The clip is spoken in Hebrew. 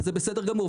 וזה בסדר גמור,